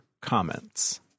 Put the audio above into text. Comments